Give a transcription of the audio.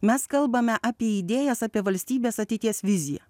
mes kalbame apie idėjas apie valstybės ateities viziją